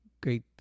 Great